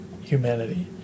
humanity